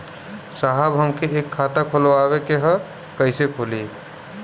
साहब हमके एक खाता खोलवावे के ह कईसे खुली?